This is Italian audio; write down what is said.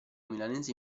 milanese